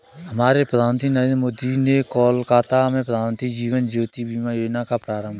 हमारे प्रधानमंत्री नरेंद्र मोदी ने कोलकाता में प्रधानमंत्री जीवन ज्योति बीमा योजना का प्रारंभ किया